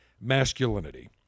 masculinity